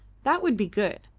that would be good.